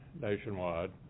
nationwide